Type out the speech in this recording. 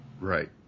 Right